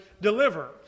deliver